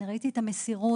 ראיתי את המסירות.